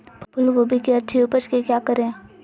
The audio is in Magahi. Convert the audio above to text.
फूलगोभी की अच्छी उपज के क्या करे?